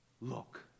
look